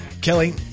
Kelly